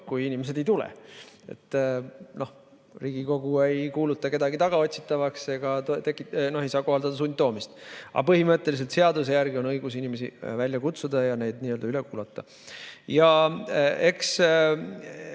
kui inimesed ei tule. Riigikogu ei kuuluta kedagi tagaotsitavaks ega saa kohaldada sundtoomist. Aga põhimõtteliselt on seaduse järgi õigus inimesi välja kutsuda ja neid üle kuulata. Eks